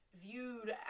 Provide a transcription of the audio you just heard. viewed